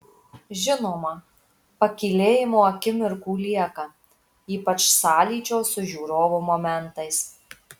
žinoma pakylėjimo akimirkų lieka ypač sąlyčio su žiūrovu momentais